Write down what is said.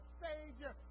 savior